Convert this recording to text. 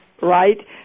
right